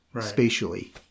spatially